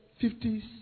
fifties